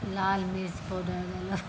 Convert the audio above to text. लाल मिर्च पाउडर देलहुँ